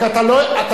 הוא לא אמר את זה.